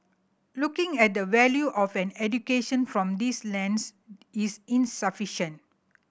looking at the value of an education from this lens is insufficient